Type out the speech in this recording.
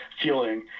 feeling